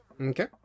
Okay